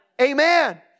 Amen